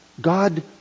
God